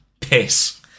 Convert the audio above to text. piss